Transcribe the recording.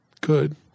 good